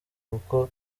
kuko